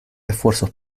esfuerzos